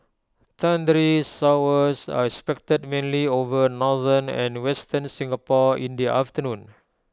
thundery showers are expected mainly over northern and western Singapore in the afternoon